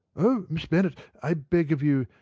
oh, miss bennet i beg of you!